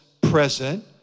present